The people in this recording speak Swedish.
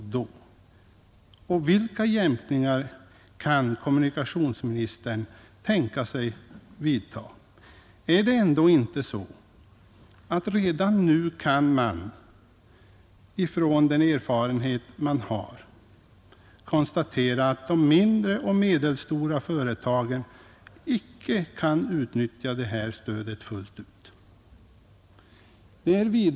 Och vilka jämkningar kan kommunikationsministern tänka sig vidta? Är det ändå inte så att man redan nu med den erfarenhet man har kan konstatera att de mindre och medelstora företagen icke kan utnyttja detta stöd fullt ut?